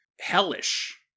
hellish